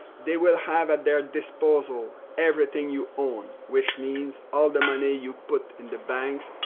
they will have at their disposal everything you own which means all the money you put in the banks,